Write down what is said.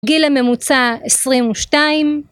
גיל הממוצע עשרים ושתיים.